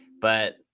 but-